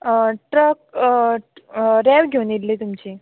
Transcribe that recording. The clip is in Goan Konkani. ट्रक रेंव घेवन येल्ली तुमची